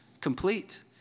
complete